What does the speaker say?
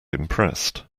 impressed